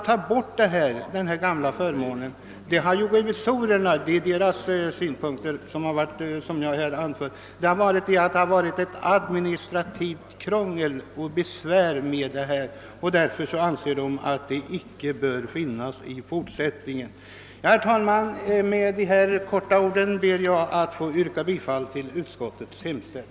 Motivet för att ta bort denna gamla förmån har statsrevisorerna angivit vara och det är deras synpunkter jag här återger — att förmånen har varit förbunden med en del administrativt krångel och besvär. Därför har man ansett att förmånen inte bör finnas i fortsättningen. Herr talman! Med det anförda ber jag att få yrka bifall till utskottets hemställan.